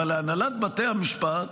אבל להנהלת בתי המשפט,